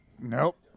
nope